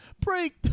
Break